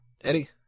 Eddie